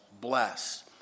Bless